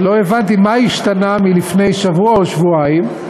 לא הבנתי מה השתנה מלפני שבוע או שבועיים,